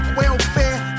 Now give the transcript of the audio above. welfare